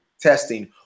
testing